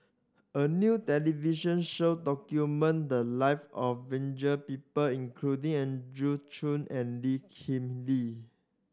a new television show documented the live of people including Andrew Chew and Lee Kip Lee